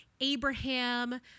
Abraham